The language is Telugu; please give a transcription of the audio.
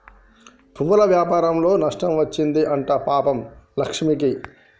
పువ్వుల వ్యాపారంలో నష్టం వచ్చింది అంట పాపం లక్ష్మికి